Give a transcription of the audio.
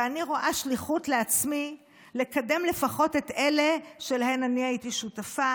ואני רואה שליחות לעצמי לקדם לפחות את אלה שלהן אני הייתי שותפה,